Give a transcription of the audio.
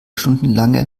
stundenlange